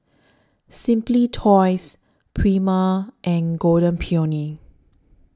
Simply Toys Prima and Golden Peony